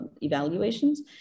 evaluations